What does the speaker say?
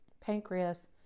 pancreas